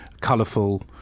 colourful